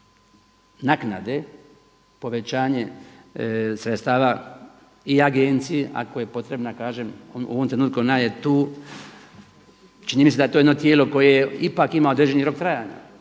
naknade povećanje sredstava i agenciji ako je potrebna kažem. U ovom trenutku ona je tu. Čini mi se da je to jedno tijelo koje ipak ima određeni rok trajanja.